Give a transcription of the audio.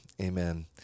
Amen